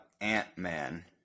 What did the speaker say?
Ant-Man